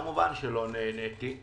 כמובן שלא נעניתי.